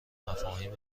مفاهیم